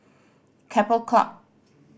Keppel Club